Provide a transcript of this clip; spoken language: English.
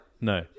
No